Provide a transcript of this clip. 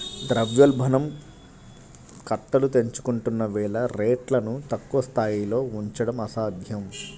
ద్రవ్యోల్బణం కట్టలు తెంచుకుంటున్న వేళ రేట్లను తక్కువ స్థాయిలో ఉంచడం అసాధ్యం